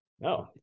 No